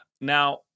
now